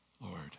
Lord